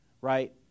right